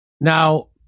Now